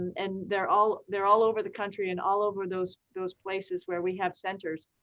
and they're all they're all over the country and all over those those places where we have centers.